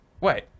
Wait